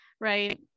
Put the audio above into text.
Right